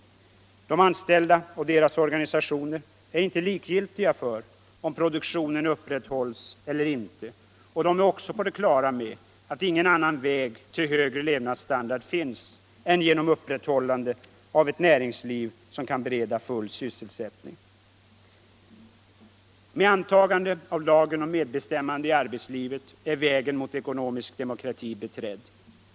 De anställda och deras organisationer är inte likgiltiga för om produktionen upprätthålls eller inte och de är också på det klara med att ingen annan väg till en högre levnadsstandard finns än genom upprätthållande av ett näringsliv som kan bereda full sysselsättning. Med antagande av lagen om medbestämmande i arbetslivet är vägen mot ekonomisk demokrati beträdd.